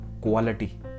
quality